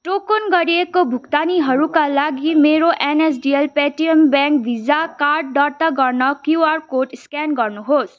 token गरिएको भुक्तानीहरूका लागि मेरो NSDL Paytm bank visa card दर्ता गर्न क्युआर कोड स्क्यान गर्नुहोस्